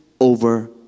over